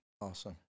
Awesome